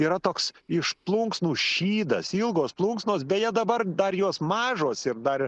yra toks iš plunksnų šydas ilgos plunksnos beje dabar dar jos mažos ir dar